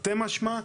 תרתי משמע.